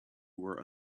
were